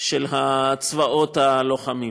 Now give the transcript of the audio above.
של הצבאות הלוחמים.